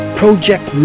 project